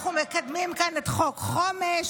אנחנו מקדמים כאן את חוק חומש.